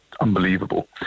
unbelievable